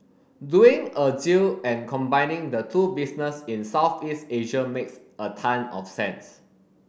doing a deal and combining the two business in Southeast Asia makes a ton of sense